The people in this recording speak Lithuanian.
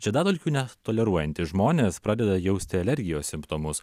žiedadulkių ne toleruojantys žmonės pradeda jausti alergijos simptomus